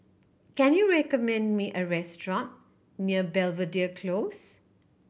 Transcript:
can you recommend me a restaurant near Belvedere Close